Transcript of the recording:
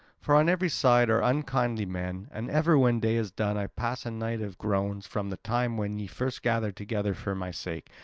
for on every side are unkindly men. and ever when day is done i pass a night of groans from the time when ye first gathered together for my sake,